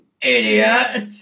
idiot